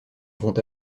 vont